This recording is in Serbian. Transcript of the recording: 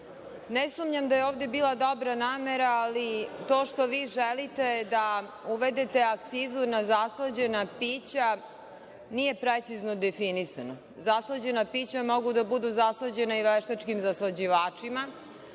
ne sumnjam da je ovde bila dobra namera, ali to što vi želite da uvedete akcizu na zaslađena pića nije precizno definisano. Zaslađena pića mogu da budu zaslađena i veštačkim zaslađivačima.